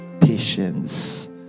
patience